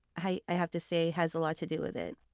i have to say, has a lot to do with it.